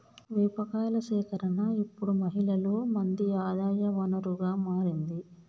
వేప కాయల సేకరణ ఇప్పుడు మహిళలు మంది ఆదాయ వనరుగా మారింది